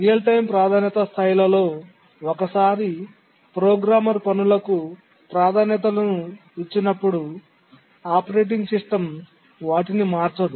real time ప్రాధాన్యత స్థాయిలలో ఒకసారి ప్రోగ్రామర్ పనులకు ప్రాధాన్యత లను ఇచ్చినప్పుడు ఆపరేటింగ్ సిస్టమ్ వాటిని మార్చదు